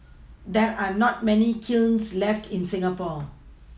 there are not many kilns left in Singapore